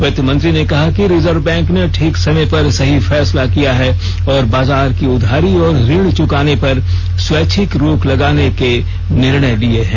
वित्तमंत्री ने कहा कि रिजर्व बैंक ने ठीक समय पर सही फैसला किया है और बाजार की उधारी और ऋण चुकाने पर स्वैच्छिक रोक लगाने के निर्णय लिये हैं